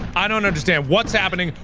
i don't understand what's happening,